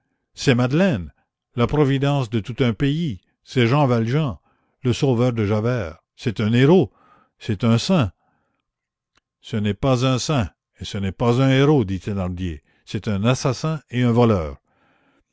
c'est madeleine la providence de tout un pays c'est jean valjean le sauveur de javert c'est un héros c'est un saint ce n'est pas un saint et ce n'est pas un héros dit thénardier c'est un assassin et un voleur